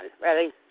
Ready